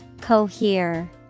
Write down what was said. Cohere